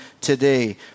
today